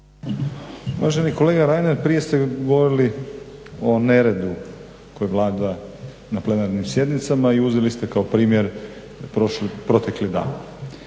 Uvaženi kolega Reiner prije ste govorili o neredu koji vlada na plenarnim sjednicama i uzeli ste kao primjer protekli dan.